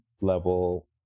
level